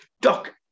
Doc